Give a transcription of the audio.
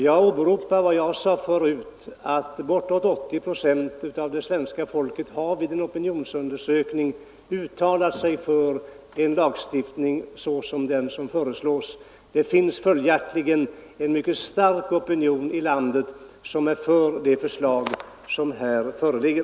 Jag åberopar vad jag sade förut, att bortåt 80 procent av svenska folket vid en opinionsundersökning har uttalat sig för en lagstiftning sådan som den som nu föreslås. Det finns följaktligen en mycket stark opinion i landet som är för det förslag som här föreligger.